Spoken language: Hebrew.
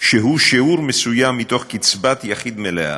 שהוא שיעור מסוים מתוך קצבת יחיד מלאה,